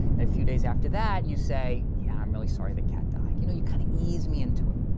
and a few days after that you say, yeah, i'm really sorry the cat died. you know, you kind of ease me in to it.